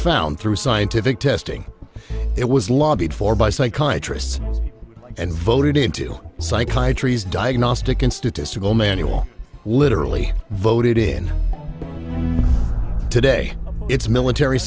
found through scientific testing it was lobbied for by psychiatrists and voted into psychiatry's diagnostic and statistical manual literally voted in today it's military